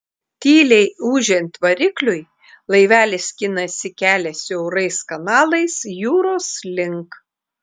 tyliai ūžiant varikliui laivelis skinasi kelią siaurais kanalais jūros link